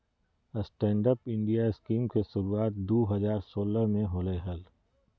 stand up India scheme के शुरुआत दू हज़ार सोलह में होलय हल